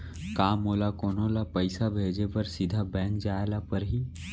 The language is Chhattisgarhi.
का मोला कोनो ल पइसा भेजे बर सीधा बैंक जाय ला परही?